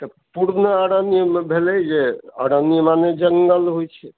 तऽ पूर्ण अरण्यमे भेलै जे अरण्य मने जङ्गल होइ छै